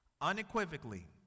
Unequivocally